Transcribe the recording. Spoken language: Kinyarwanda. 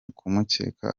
kumukeka